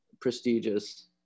prestigious